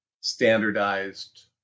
standardized